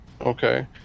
Okay